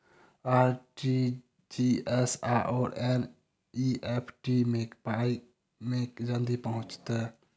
RTGS आओर NEFT मे पाई केँ मे जल्दी पहुँचत?